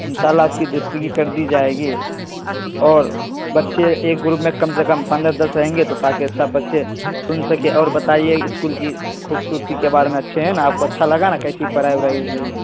ان شاء اللہ آپ کی درستگی کردی جائے گی اور بچے ایک گروپ میں کم سے کم پندرہ دس رہیں گے تو تاکہ سب بچے سن سکیں اور بتائیے اسکول کی خوبصورتی کے بارے میں اچھے ہیں نا آپ کو اچھا لگا نا کیسی پڑھائی وڑھائی ہو رہی ہے